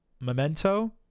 Memento